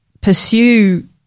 pursue